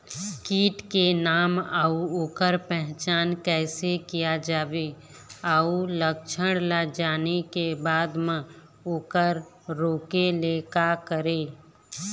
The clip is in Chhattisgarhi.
कीट के नाम अउ ओकर पहचान कैसे किया जावे अउ लक्षण ला जाने के बाद मा ओकर रोके ले का करें?